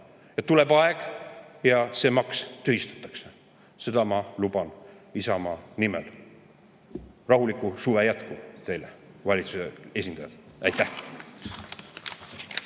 Tuleb aeg, kui see maks tühistatakse. Seda ma luban Isamaa nimel. Rahulikku suve jätku teile, valitsuse esindajad! Aitäh!